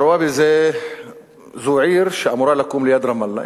רוואבי זו עיר שאמורה לקום ליד רמאללה,